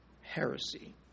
heresy